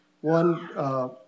one